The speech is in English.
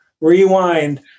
rewind